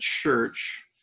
church